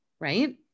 right